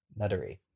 nuttery